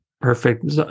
Perfect